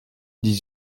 dix